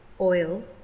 oil